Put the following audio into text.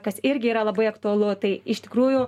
kas irgi yra labai aktualu tai iš tikrųjų